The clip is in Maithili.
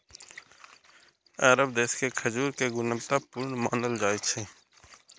अरब देश के खजूर कें गुणवत्ता पूर्ण मानल जाइ छै